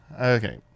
Okay